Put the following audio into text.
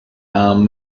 arm